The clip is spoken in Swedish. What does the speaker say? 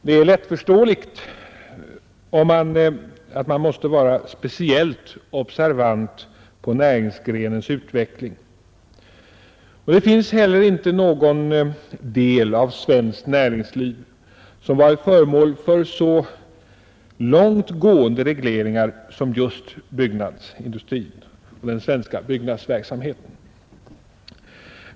Det är lättförståeligt att man måste vara speciellt observant på näringsgrenens utveckling, och det finns heller inte någon annan del av svenskt näringsliv som varit föremål för så långt gående regleringar som just byggnadsindustrin och den svenska byggnadsverksamheten.